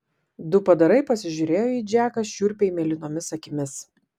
du padarai pasižiūrėjo į džeką šiurpiai mėlynomis akimis